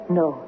no